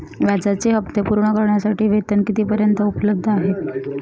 व्याजाचे हप्ते पूर्ण करण्यासाठी वेतन किती पर्यंत उपलब्ध आहे?